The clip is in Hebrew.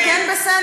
זה כן בסדר?